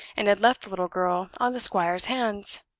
and had left the little girl on the squire's hands!